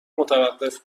متوقف